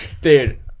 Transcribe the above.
Dude